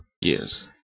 Yes